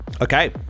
Okay